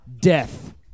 death